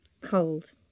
Cold